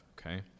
okay